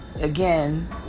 again